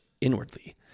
inwardly